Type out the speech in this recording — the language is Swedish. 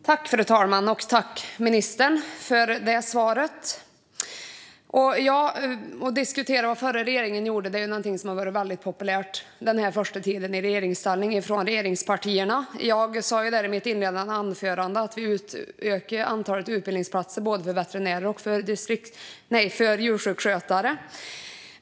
Fru talman! Tack, ministern, för svaret! Att diskutera vad den förra regeringen gjorde har varit väldigt populärt bland regeringspartierna under den här första tiden i regeringsställning. Jag sa i mitt inledande anförande att vi utökade antalet utbildningsplatser för både veterinärer och djursjukskötare.